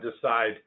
decide